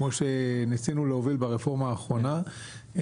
כמו שניסינו להוביל ברפורמה האחרונה,